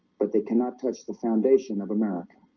but they cannot touch the foundation of america